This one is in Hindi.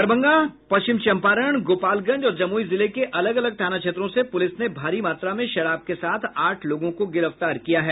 दरभंगा पश्चिम चंपारण गोपालगंज और जमुई जिले के अलग अलग थाना क्षेत्रों से पुलिस ने भारी मात्रा में शराब के साथ आठ लोगों को गिरफ्तार किया है